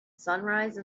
sunrise